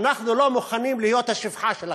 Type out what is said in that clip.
אנחנו לא מוכנים להיות השפחה שלכם.